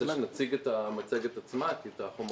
בתחילה נציג את המצגת, כי את החומרים העברנו.